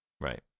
Right